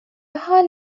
حال